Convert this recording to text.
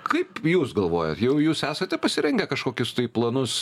kaip jūs galvojat jau jūs esate pasirengę kažkokius tai planus